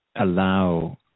allow